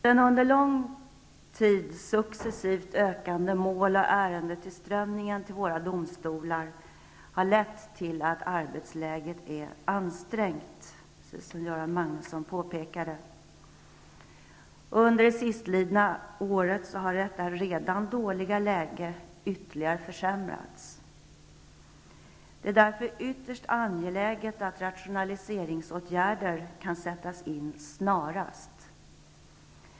Den under lång tid successivt ökande mål och ärendetillströmningen till våra domstolar har lett till att arbetsläget blivit ansträngt, som Göran Magnusson påpekade. Under det sistlidna året försämrades det redan dåliga läget ytterligare. Det är därför ytterst angeläget att rationaliseringsåtgärder snarast kan vidtas.